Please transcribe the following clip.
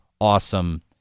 awesome